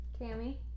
cammy